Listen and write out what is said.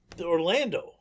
Orlando